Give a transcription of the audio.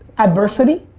adversity?